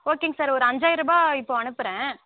ஓகேங்க சார் ஒரு ஐஞ்சாயருபா இப்போ அனுப்புகிறன்